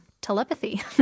Telepathy